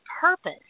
purpose